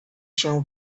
się